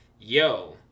yo